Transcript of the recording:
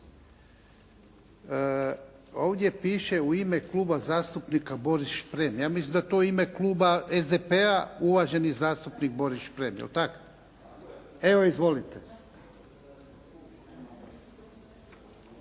Ovdje piše u ime kluba zastupnika Boris Šprem. Ja mislim da je to u ime kluba SDP-a, uvaženi zastupnik Boris Šprem. Jel' tak? … /Upadica